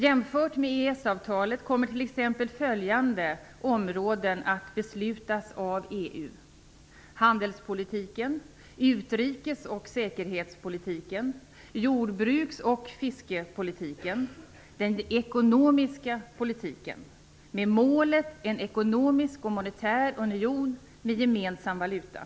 Jämfört med EES-avtalet kommer EU att besluta om t.ex. följande områden: handelspolitiken, utrikes och säkerhetspolitiken, jordbruks och fiskepolitiken och den ekonomiska politiken, med målet en ekonomisk och monetär union samt gemensam valuta.